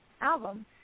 album